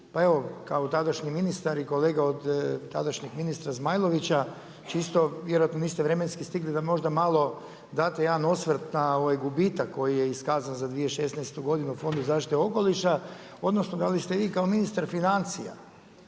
kao kolega od tadašnji ministar i kolega i od tadašnjeg ministra Zmajlovića, čisto vjerojatno vremenski stigli da možda malo date jedan osvrt na gubitak koji je iskazan za 2016. godinu Fondu za zaštitu okoliša, odnosno, da li ste vi kao ministar financija,